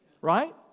right